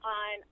on